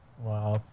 Wow